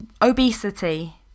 obesity